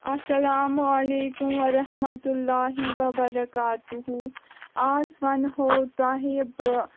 اسلام عليكم ورحمة الله وبركاته آز ونہو تۄہہِ بہٕ